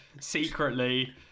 secretly